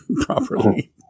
properly